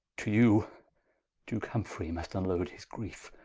to you duke humfrey must vnload his greefe